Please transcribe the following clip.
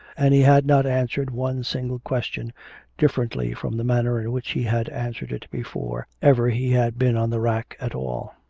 and he had not answered one single question differently from the manner in which he had answered it before ever he had been on the rack at all.